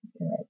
right